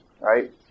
right